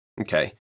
Okay